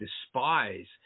despise